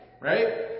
Right